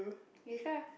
you describe ah